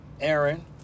aaron